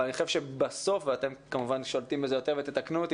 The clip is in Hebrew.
אבל אני חושב שבסוף ואתם כמובן שולטים בזה יותר ותתקנו אותי